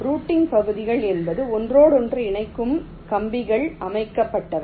routing பகுதிகள் என்பது ஒன்றோடொன்று இணைக்கும் கம்பிகள் அமைக்கப்பட்டவை